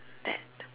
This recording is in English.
that